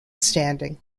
standing